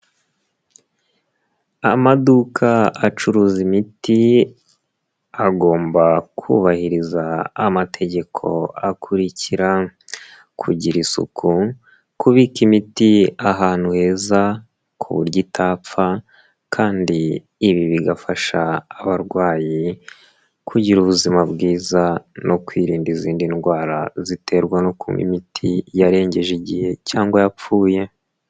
Amaduka acuruza imiti agomba kubahiriza amategeko akurikira kugira isuku, kubika imiti ahantu heza ku buryo itapfa kandi ibi bigafasha abarwayi kugira ubuzima bwiza no kwirinda izindi ndwara ziterwa no kunywa imiti yarengeje igihe cyangwa yapfuye.